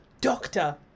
Doctor